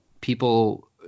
people